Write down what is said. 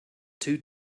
two